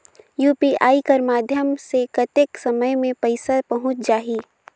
UPI कर माध्यम से कतेक समय मे पइसा पहुंच जाहि?